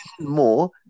more